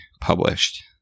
published